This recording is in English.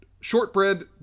shortbread